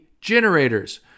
Generators